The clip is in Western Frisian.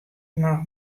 noch